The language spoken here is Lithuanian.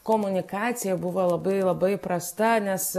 komunikacija buvo labai labai prasta nes